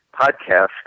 podcast